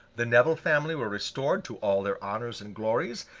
the nevil family were restored to all their honours and glories,